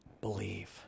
believe